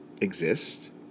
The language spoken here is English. exist